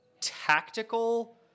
tactical